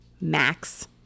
Max